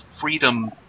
freedom